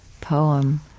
poem